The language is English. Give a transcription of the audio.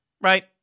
right